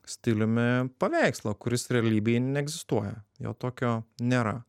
stiliumi paveikslą kuris realybėj neegzistuoja jo tokio nėra